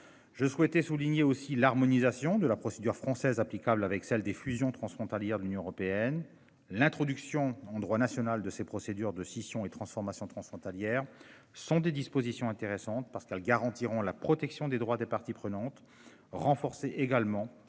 Je souhaitais souligner aussi l'harmonisation de la procédure française applicable avec celle des fusions transfrontalières de l'Union européenne. L'introduction en droit national de ces procédures de scissions et transformations transfrontalières sont des dispositions intéressantes parce qu'elles garantiront la protection des droits des parties prenantes renforcée également